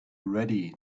ready